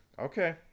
Okay